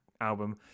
album